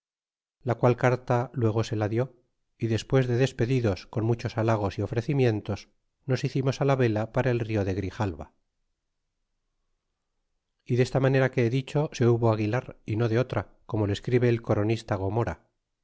la qual carta luego se la dió y despues de despedidos con muchos halagos y ofrecimientos nos hicimos á la vela para el rio de grijalva y desta ingera que he dicho se hubo aguilar y no de otra como lo escribe el coronista gomora